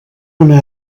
una